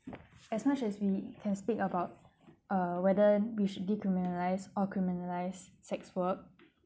as much as we can speak about uh whether we should decriminalise or criminalise sex work